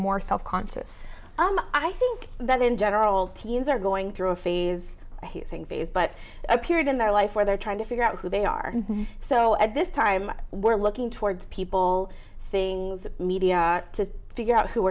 more self conscious i think that in general teens are going through a phase phase but a period in their life where they're trying to figure out who they are so at this time we're looking towards people things media to figure out who